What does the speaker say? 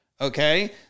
okay